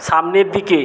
সামনের দিকে